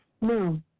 No